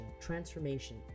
transformation